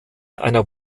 einer